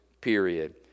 period